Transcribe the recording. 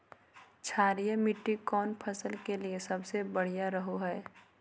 क्षारीय मिट्टी कौन फसल के लिए सबसे बढ़िया रहो हय?